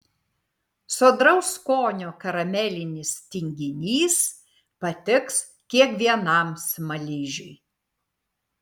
sodraus skonio karamelinis tinginys patiks kiekvienam smaližiui